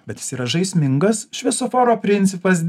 bet jis yra žaismingas šviesoforo principas